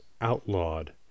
outlawed